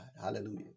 hallelujah